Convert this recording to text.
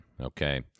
Okay